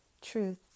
truth